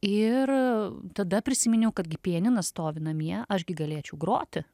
ir tada prisiminiau kad gi pianinas stovi namie aš gi galėčiau groti